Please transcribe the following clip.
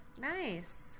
Nice